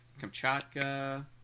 Kamchatka